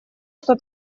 что